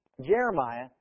Jeremiah